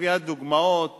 ומביאה דוגמאות